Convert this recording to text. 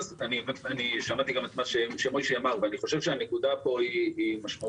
אני שמעתי גם את מה שמשה אמר ואני חושב שהנקודה פה היא משמעותית.